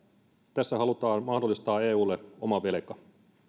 tässä halutaan mahdollistaa eulle oma velka